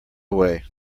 away